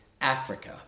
Africa